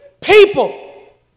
People